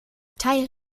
teil